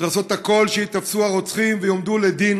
צריך לעשות הכול שייתפסו הרוצחים ויועמדו לדין